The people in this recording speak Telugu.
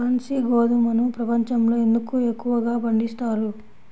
బన్సీ గోధుమను ప్రపంచంలో ఎందుకు ఎక్కువగా పండిస్తారు?